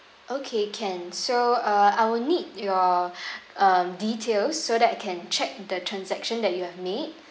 okay can so uh I will need your uh details so that I can check the transaction that you have made